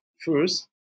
First